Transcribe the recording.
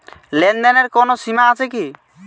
লেনদেনের কোনো সীমা আছে কি?